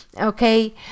okay